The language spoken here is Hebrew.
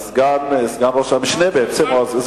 סגן ראש הממשלה.